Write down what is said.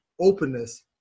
openness